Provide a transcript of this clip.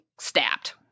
stabbed